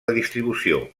distribució